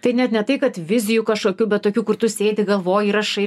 tai net ne tai kad vizijų kažkokių bet tokių kur tu sėdi galvoji rašai